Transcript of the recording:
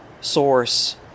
source